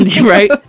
Right